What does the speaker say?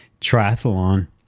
triathlon